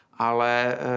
ale